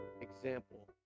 example